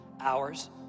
hours